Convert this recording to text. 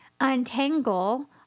untangle